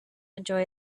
enjoy